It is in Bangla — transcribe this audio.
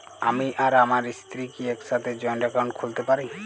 আমি আর আমার স্ত্রী কি একসাথে জয়েন্ট অ্যাকাউন্ট খুলতে পারি?